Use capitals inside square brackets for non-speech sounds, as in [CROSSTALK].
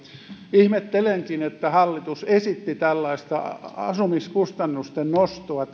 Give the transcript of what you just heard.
ihmettelenkin että hallitus esitti tässä tilanteessa tällaista asumiskustannusten nostoa [UNINTELLIGIBLE]